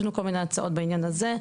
יש לנו כל מיני הצעות בעניין הזה.